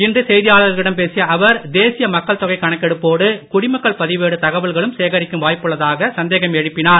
இன்று செய்தியாளர்களிடம் பேசிய அவர் தேசிய மக்கள் தொகை கணக்கெடுப்போடு குடிமக்கள் பதிவேடு தகவல்களும் சேகரிக்கும் வாய்ப்புள்ளதாக சந்தேகம் எழுப்பினார்